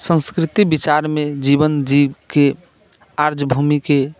संस्कृति विचारमे जीवन जियैके आर्य भूमिके